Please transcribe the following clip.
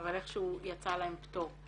אבל איך שהוא יצא להם פטור.